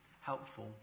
helpful